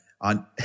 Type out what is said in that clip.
on